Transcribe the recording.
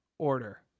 order